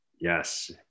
Yes